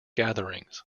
gatherings